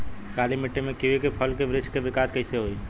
काली मिट्टी में कीवी के फल के बृछ के विकास कइसे होई?